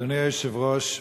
אדוני היושב-ראש,